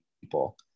people